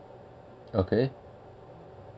okay